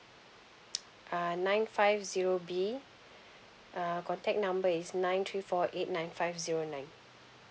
uh nine five zero B uh contact number is nine three four eight nine five zero nine